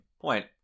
point